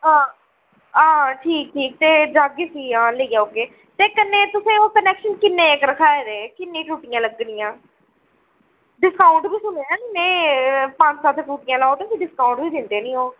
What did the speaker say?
हां हां ठीक ठीक ते जाह्गे भी लेई औह्गे ते कन्नै तुसें ओह् कनैक्शन किन्ने रक्खाए दे किन्नी टुट्टियां लग्गनियां डिस्काउंट बी सुनेआ निं में पंज सत्त टुट्टियां लाओ ते भी डिस्काउंट बी दिंदे न ओह्